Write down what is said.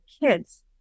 kids